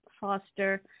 Foster